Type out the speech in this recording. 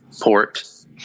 port